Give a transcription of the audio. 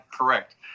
correct